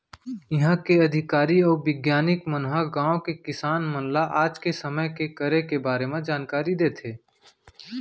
इहॉं के अधिकारी अउ बिग्यानिक मन ह गॉंव के किसान मन ल आज के समे के करे के बारे म जानकारी देथे